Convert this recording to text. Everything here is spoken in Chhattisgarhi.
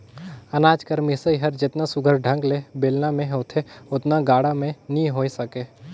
अनाज कर मिसई हर जेतना सुग्घर ढंग ले बेलना मे होथे ओतना गाड़ा मे नी होए सके